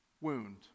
wound